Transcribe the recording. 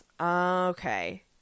okay